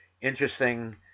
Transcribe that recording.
interesting